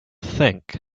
think